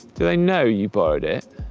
do they know you borrowed it?